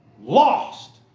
lost